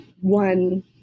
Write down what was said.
one